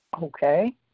Okay